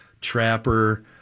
Trapper